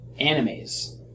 animes